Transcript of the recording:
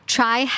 Try